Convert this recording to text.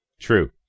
True